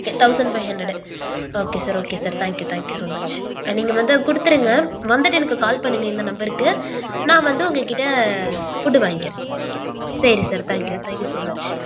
okay thousand five hundred okay sir okay sir thank you thank you so much நீங்கள் வந்து கொடுத்துருங்க வந்துட்டு எனக்கு கால் பண்ணுங்க இந்த நம்பருக்கு நான் வந்து உங்கள் கிட்டே ஃபுட்டு வாங்கிக்கிறேன் சரி sir thank you thank you so much